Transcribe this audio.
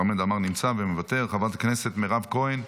חמד עמאר, נמצא ומוותר, חברת הכנסת מירב כהן,